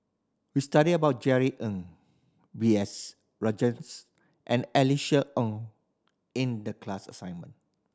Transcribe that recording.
we study about Jerry Ng B S Rajhans and Alice Ong in the class assignment